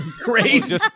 crazy